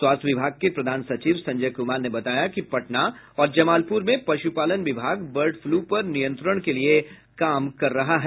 स्वास्थ्य विभाग के प्रधान सचिव संजय कुमार ने बताया कि पटना और जमालपुर में पशुपालन विभाग बर्ड फ्लू पर नियंत्रण के लिये काम कर रही है